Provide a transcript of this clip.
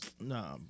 Nah